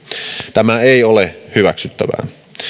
tämä ei ole hyväksyttävää